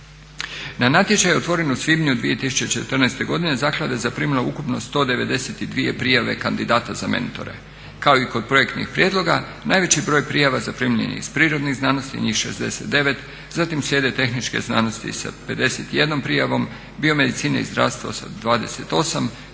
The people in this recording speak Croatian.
Na natječaj otvoren u svibnju 2014. godine zaklada je zaprimila ukupno 192 prijave kandidata za mentore. Kao i kod projektnih prijedloga, najveći broj prijava zaprimljen je iz prirodnih znanosti, njih 69, zatim slijede tehničke znanosti sa 51 prijavom, biomedicine i zdravstva sa 28,